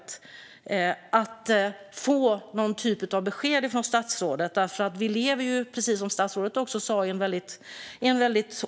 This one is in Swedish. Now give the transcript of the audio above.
Det är angeläget att få någon typ av besked från statsrådet eftersom vi lever i en väldigt osäker tid, precis som statsrådet också sa.